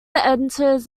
enters